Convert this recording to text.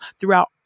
throughout